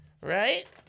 right